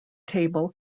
table